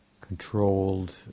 controlled